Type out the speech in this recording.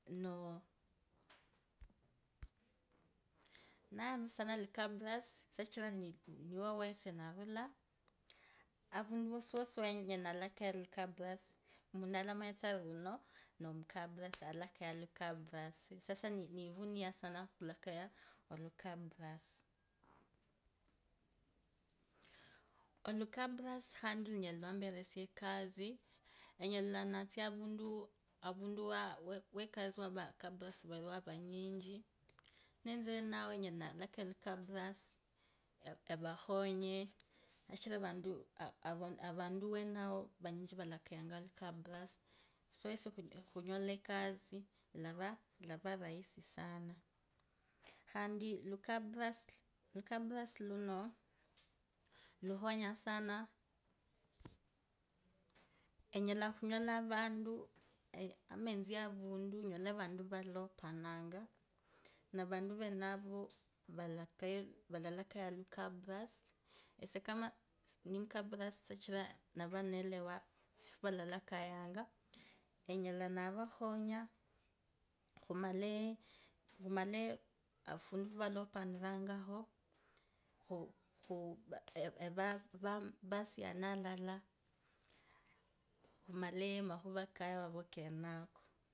Nayatsa sana lukabarasi sichiro niwo wesie ndarula, ovundu wosiwosi wenyala ndakaya olikabarasi, omuntu alimanyatsa ari uno nomukabarasi, alalakayanga olukabarasi sasa nivunirongo sana khulakaya olukabora si olukarasi khandi lunyula lwomberesia ekasi enyala ndatsa avundu avundu wa wekasi wakabarasi valiyo avanyichi evakhonye shichira avantu avantu awenawo valakayanga olukabarasi so esiekhunyola ekasi ilava rahisi sana. Khandi lukaborasi luno lukhonyanga sana enyela khunyala avantu nomba etsie avantu enyole avantu valopananga ne- vantu venavo valalakayanga olukabarasi esie kama nomukabarasi ndanelewanga shevalakayanga enyalandavakhonya khumalee- khumalee ofundu fwavalopanirangakho- khu- khu- evampasie khumalee makhuva kewavo kenako.